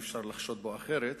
אי-אפשר לחשוד בו אחרת,